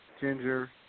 ginger